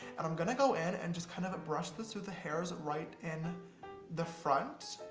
and i'm gonna go in and just kind of brush this through the hairs right in the front.